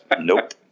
Nope